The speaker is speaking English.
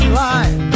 life